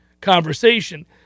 conversation